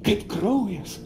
kaip kraujas